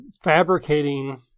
fabricating